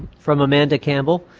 from amanda campbell,